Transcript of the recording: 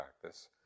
practice